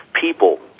people